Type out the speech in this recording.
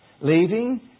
leaving